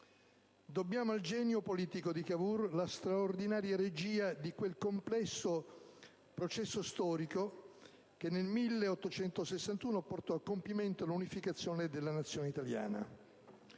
Dobbiamo al genio politico di Cavour la straordinaria regia di quel complesso processo storico che nel 1861 portò a compimento l'unificazione della Nazione italiana.